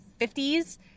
50s